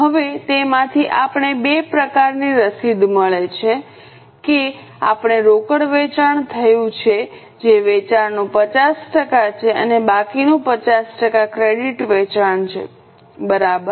હવે તેમાંથી આપણે બે પ્રકારની રસીદ મળે છે કે આપણે રોકડ વેચાણ થયું છે જે વેચાણનું 50 ટકા છે અને બાકીનું 50 ટકા ક્રેડિટ વેચાણ છે બરાબર